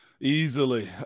easily